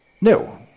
No